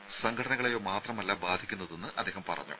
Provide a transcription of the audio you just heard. അവ സംഘടനകളേയോ മാത്രമല്ല ബാധിക്കുന്നതെന്ന് അദ്ദേഹം പറഞ്ഞു